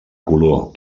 color